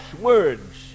words